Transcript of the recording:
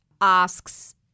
asks